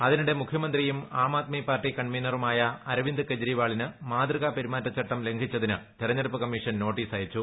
അതിനിടെ മുഖ്യമന്ത്രിയും ആം ആദ്മി പാർട്ടി കൺവീനറുമായ അരവിന്ദ് കെജ്രിവാളിന് മാതൃക പെരുമാറ്റ ചട്ടം ലംഘിച്ചതിന് തെരഞ്ഞെടുപ്പ് കമ്മീഷൻ നോട്ടീസയച്ചു